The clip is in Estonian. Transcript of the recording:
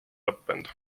lõppenud